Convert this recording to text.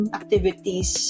activities